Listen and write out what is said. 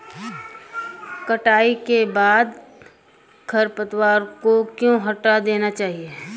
कटाई के बाद खरपतवार को क्यो हटा देना चाहिए?